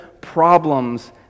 problems